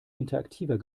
interaktiver